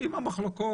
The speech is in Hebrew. עם המחלוקות,